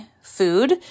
food